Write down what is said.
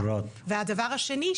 הדבר השני,